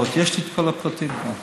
יש לי את כל הפרטים כאן.